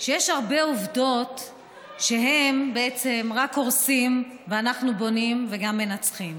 שיש הרבה עובדות שהם בעצם רק הורסים ואנחנו בונים וגם מנצחים.